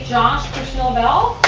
josh krishobell.